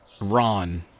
Ron